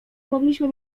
mogliśmy